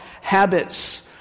habits